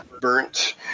burnt